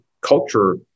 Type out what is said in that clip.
culture